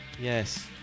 yes